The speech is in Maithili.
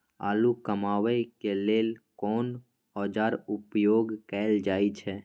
आलू कमाबै के लेल कोन औाजार उपयोग कैल जाय छै?